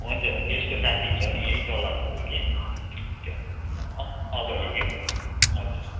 हुन्छ त्यसको साथी छ नि यहीँ तल हो कि त्यो अ अभय हो कि हजुर